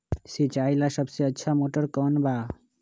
सिंचाई ला सबसे अच्छा मोटर कौन बा?